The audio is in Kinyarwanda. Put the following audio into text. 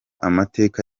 amateka